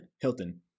Hilton